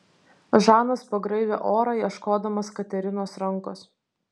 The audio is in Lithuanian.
žanas pagraibė orą ieškodamas katerinos rankos